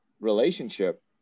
relationship